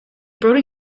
brought